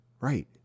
right